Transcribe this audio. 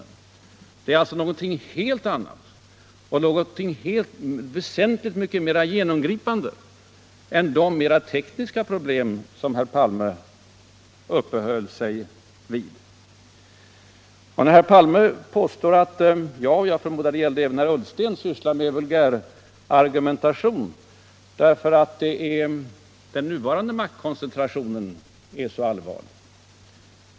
Det är alltså någonting helt annat och någonting väsentligt mycket mera genomgripande än de mera tekniska problem som herr Palme uppehöll sig vid. Herr Palme påstår att jag — och jag förmodar att det även gällde herr Ullsten — sysslar med vulgärargumentation, eftersom den nuvarande maktkoncentrationen är så allvarlig.